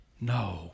no